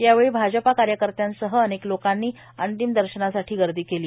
यावेळी भाजपा कार्यकर्त्यासह अनेक लोकांनी अंतिम दर्शनासाठी गर्दी केली